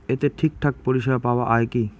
এতে ঠিকঠাক পরিষেবা পাওয়া য়ায় কি?